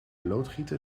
loodgieter